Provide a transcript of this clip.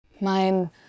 Mein